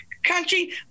country